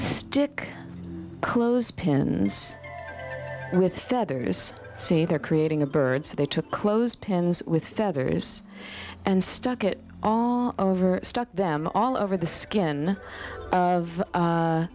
stick clothes pins with feathers say they're creating a bird so they took clothes pins with feathers and stuck it all over stuck them all over the skin of